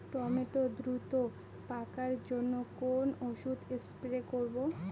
Tomato দ্রুত পাকার জন্য কোন ওষুধ স্প্রে করব?